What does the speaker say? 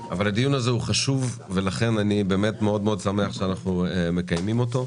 הדיון הזה חשוב ולכן אני שמח מאוד שאנחנו מקיימים אותו.